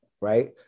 Right